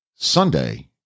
Sunday